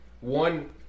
One